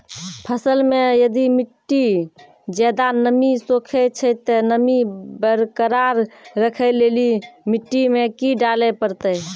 फसल मे यदि मिट्टी ज्यादा नमी सोखे छै ते नमी बरकरार रखे लेली मिट्टी मे की डाले परतै?